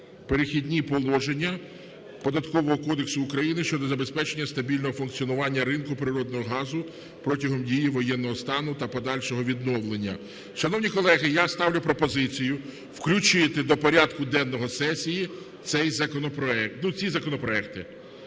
Податкового кодексу України щодо забезпечення стабільного функціонування ринку природного газу протягом дії воєнного стану та подальшого відновлення. Шановні колеги, я ставлю пропозицію включити до порядку денного сесії цей законопроект,